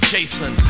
Jason